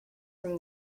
from